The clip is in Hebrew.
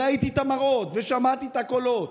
ראיתי את המראות ושמעתי את הקולות.